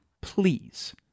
Please